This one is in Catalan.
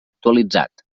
actualitzat